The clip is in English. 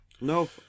No